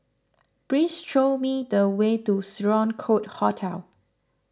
please show me the way to Sloane Court Hotel